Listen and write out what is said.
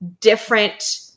different